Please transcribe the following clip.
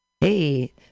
Hey